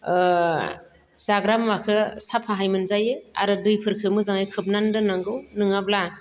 ओ जाग्रा मुवाखो साफाहाय मोनजायो आरो दैफोरखो मोजाङै खोबनानै दोननांगौ नोङाब्ला